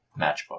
matchbook